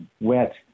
wet